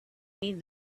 need